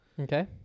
Okay